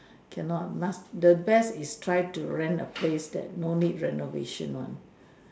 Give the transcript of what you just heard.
can not must the best is try to rent a place that no need renovation one